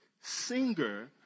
singer